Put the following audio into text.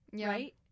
right